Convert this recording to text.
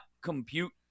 compute